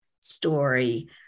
story